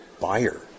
buyer